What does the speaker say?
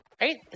right